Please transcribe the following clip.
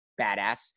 badass